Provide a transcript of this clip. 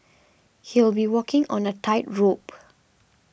he'll be walking on a tightrope